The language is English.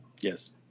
yes